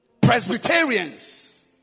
Presbyterians